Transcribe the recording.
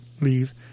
leave